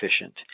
efficient